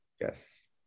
yes